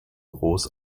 groß